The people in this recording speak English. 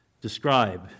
describe